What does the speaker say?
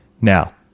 Now